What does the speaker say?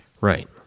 Right